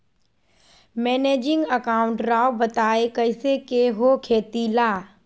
Managing account राव बताएं कैसे के हो खेती ला?